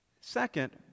Second